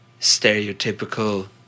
stereotypical